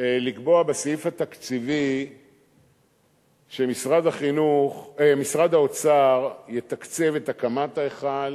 לקבוע בסעיף התקציבי שמשרד האוצר יתקצב את הקמת ההיכל